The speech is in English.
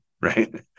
right